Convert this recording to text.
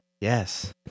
Yes